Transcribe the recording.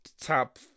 top